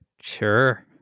sure